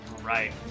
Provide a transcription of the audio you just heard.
Right